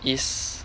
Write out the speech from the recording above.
is